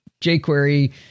jQuery